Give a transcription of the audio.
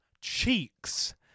cheeks